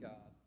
God